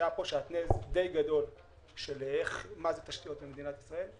שהיה פה שעטנז די גדול לגבי מה זה תשתיות במדינת ישראל.